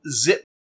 zip